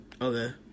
Okay